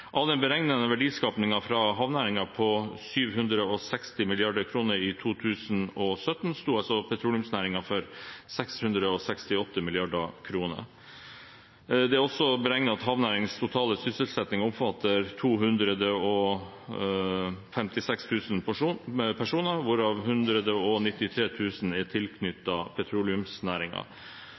Av den beregnende verdiskapingen fra havnæringene på 760 mrd. kr i 2017, sto petroleumsnæringen for 668 mrd. kr. Det er også beregnet at havnæringens totale sysselsetting omfatter 256 000 personer, hvorav 193 000 er